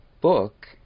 book